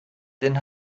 den